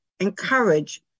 encourage